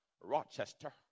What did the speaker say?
Rochester